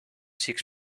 six